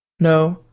no,